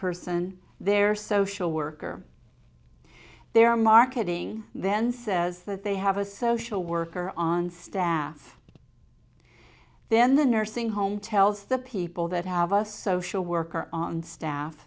person their social worker their marketing then says that they have a social worker on staff then the nursing home tells the people that have us social worker on staff